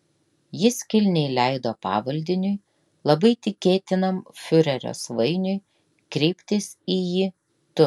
jis kilniai leido pavaldiniui labai tikėtinam fiurerio svainiui kreiptis į jį tu